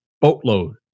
boatload